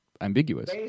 ambiguous